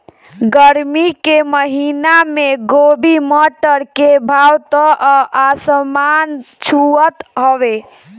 गरमी के महिना में गोभी, मटर के भाव त आसमान छुअत हवे